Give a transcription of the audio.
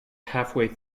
halfway